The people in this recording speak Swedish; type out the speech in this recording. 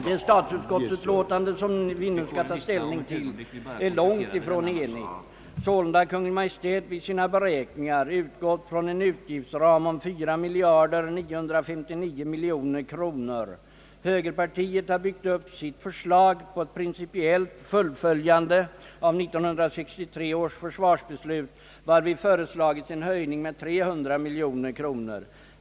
Det statsutskottsutlåtande som vi nu skall ta ställning till är långt ifrån enhälligt. Sålunda har Kungl. Maj:t i sina beräkningar utgått från en utgiftsram av 4959 miljoner kronor. Högerpartiet har byggt upp sitt förslag på principiellt fullföljande av 1963 års försvarsbeslut och föreslagit en höjning med 300 miljoner kronor.